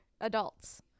adults